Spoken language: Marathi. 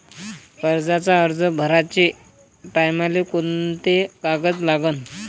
कर्जाचा अर्ज भराचे टायमाले कोंते कागद लागन?